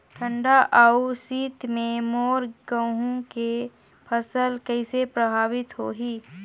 ठंडा अउ शीत मे मोर गहूं के फसल कइसे प्रभावित होही?